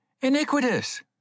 Iniquitous